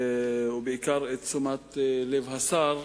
ובעיקר את תשומת לב השר,